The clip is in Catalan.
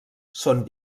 són